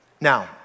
Now